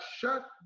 shut